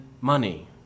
money